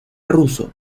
ruso